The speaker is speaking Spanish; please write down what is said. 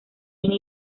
cine